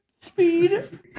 speed